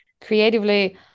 creatively